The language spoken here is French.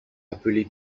appelé